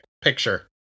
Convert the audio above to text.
picture